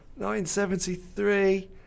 1973